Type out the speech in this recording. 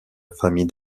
famille